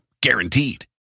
guaranteed